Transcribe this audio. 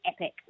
epic